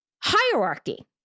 hierarchy